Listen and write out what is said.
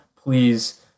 please